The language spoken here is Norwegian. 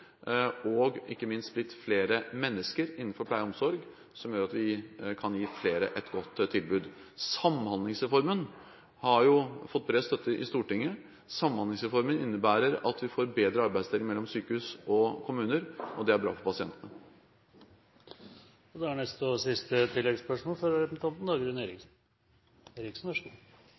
mennesker innen pleie og omsorg, som gjør at vi kan gi flere et godt tilbud. Samhandlingsreformen har jo fått bred støtte i Stortinget. Samhandlingsreformen innebærer at vi får bedre arbeidsdeling mellom sykehus og kommuner. Det er bra for pasientene. Dagrun Eriksen – til siste oppfølgingsspørsmål. Det nærmer seg valgkamp. Da pleier jo årsverk og